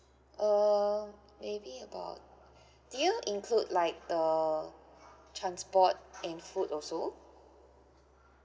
uh maybe about do you include like the transport and food also